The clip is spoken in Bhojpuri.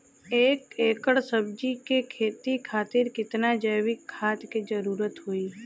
एक एकड़ सब्जी के खेती खातिर कितना जैविक खाद के जरूरत होई?